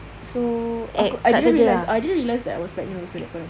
so aku I didn't realise I didn't realise I was pregnant also at that point of time